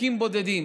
חוקים בודדים.